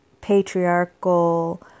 patriarchal